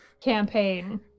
campaign